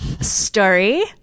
story